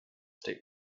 state